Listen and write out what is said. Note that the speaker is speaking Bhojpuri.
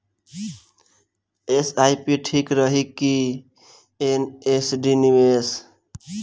एस.आई.पी ठीक रही कि एन.सी.डी निवेश?